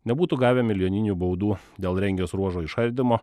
nebūtų gavę milijoninių baudų dėl rengės ruožo išardymo